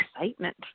excitement